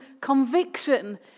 conviction